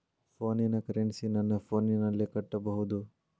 ಫೋನಿನ ಕರೆನ್ಸಿ ನನ್ನ ಫೋನಿನಲ್ಲೇ ಕಟ್ಟಬಹುದು?